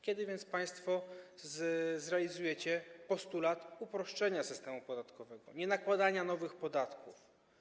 Kiedy więc państwo zrealizujecie postulat uproszczenia systemu podatkowego, nienakładania nowych podatków?